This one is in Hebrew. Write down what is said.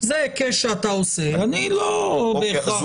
זה היקש שאתה עושה ואני לא בהכרח מקבל אותו.